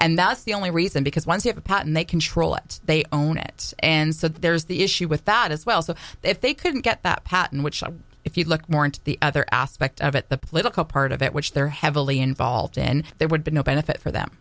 and that's the only reason because once you have a patent they control it they own it and so there's the issue with that as well so if they couldn't get that patent which if you look more into the other aspect of it the political part of it which they're heavily involved in there would be no benefit for them